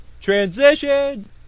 Transition